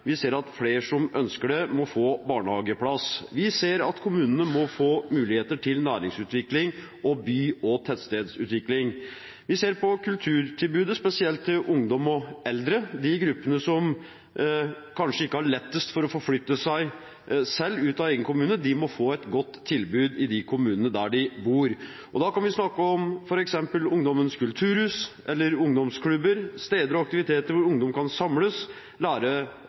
Vi ser at flere som ønsker det, må få barnehageplass. Vi ser at kommunene må få muligheter til næringsutvikling og by- og tettstedsutvikling. Vi ser på kulturtilbudet, spesielt til ungdom og eldre, de gruppene som kanskje ikke har lettest for å forflytte seg selv ut av egen kommune, de må få et godt tilbud i kommunene der de bor. Da kan vi snakke om f.eks. ungdommens kulturhus eller ungdomsklubber, steder og aktiviteter hvor ungdom kan samles,